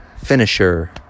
finisher